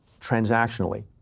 transactionally